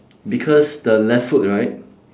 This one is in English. because the left foot right